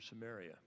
Samaria